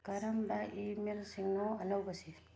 ꯀꯔꯝꯕ ꯏꯃꯦꯜꯁꯤꯡꯅꯣ ꯑꯅꯧꯕꯁꯤ